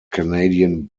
canadian